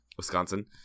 Wisconsin